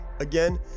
Again